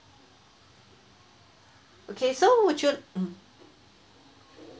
okay so would you